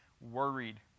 worried